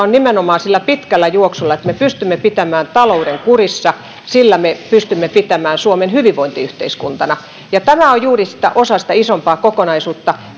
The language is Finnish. juoksussa nimenomaan sillä että me pystymme pitämään talouden kurissa me pystymme pitämään suomen hyvinvointiyhteiskuntana tämä on osa juuri sitä isompaa kokonaisuutta